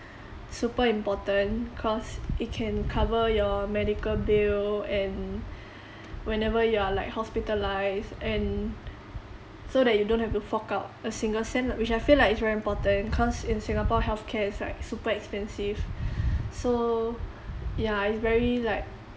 super important cause it can cover your medical bill and whenever you're like hospitalised and so that you don't have to fork out a single cent lah which I feel like is very important cause in singapore healthcare is like super expensive so ya it's very like